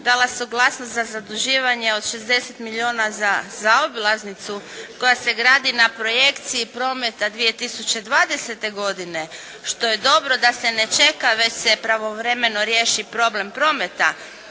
dala suglasnost za zaduživanje od 60 milijuna za zaobilaznicu koja se gradi na projekciji prometa 2020. godine što je dobro da se ne čeka već se pravovremeno riješi problem prometa.